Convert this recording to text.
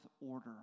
order